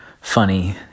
funny